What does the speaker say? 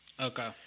Okay